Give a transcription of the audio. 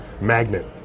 magnet